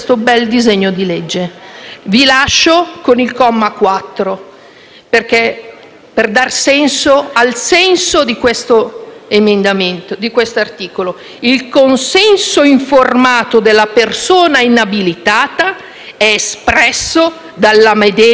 3, per dar senso al senso di questo articolo. «Il consenso informato della persona inabilitata è espresso dalla medesima persona inabilitata».